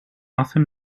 often